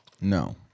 No